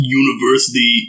university